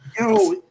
Yo